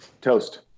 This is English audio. Toast